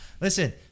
Listen